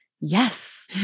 yes